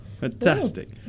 Fantastic